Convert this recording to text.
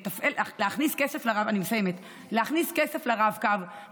אני מסיימת: להכניס כסף לרב-קו,